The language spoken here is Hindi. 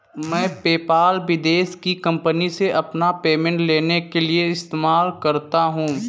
मैं पेपाल विदेश की कंपनीयों से अपना पेमेंट लेने के लिए इस्तेमाल करता हूँ